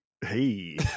hey